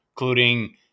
including